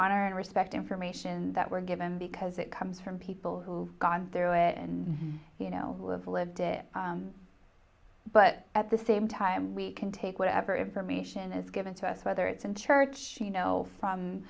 honor and respect information that we're given because it comes from people who've gone through it and you know who have lived it but at the same time we can take whatever information is given to us whether it's in church you know from